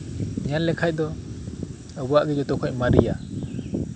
ᱧᱮᱞ ᱞᱮᱠᱷᱟᱡ ᱫᱚ ᱟᱵᱩᱣᱟᱜ ᱜᱤ ᱡᱚᱛᱚᱠᱷᱚᱱ ᱢᱟᱨᱤᱭᱟ